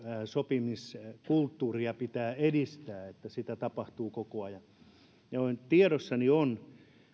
sopimiskulttuuria pitää edistää niin että sitä tapahtuu koko ajan tiedossani on